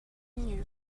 knew